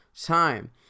time